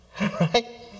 Right